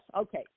Okay